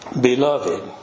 beloved